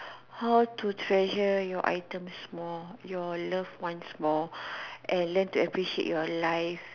how to treasure your items more your loved ones more and learn to appreciate your life